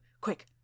quick